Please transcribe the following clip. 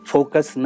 Focus